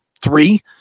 three